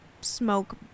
smoke